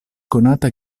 konata